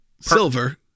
Silver